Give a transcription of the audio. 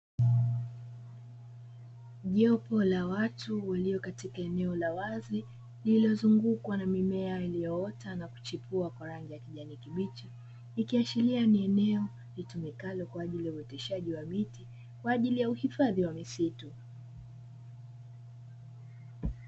Jopo la watu walio katika eneo la wazi lililozungukwa na mimea iliyoota na kuchipua kwa rangi ya kijani kibichi, ikiashiria ni eneo litumikalo kwa ajili ya uoteshaji wa miti kwa ajili ya uhifadhi wa misitu.